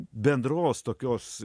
bendros tokios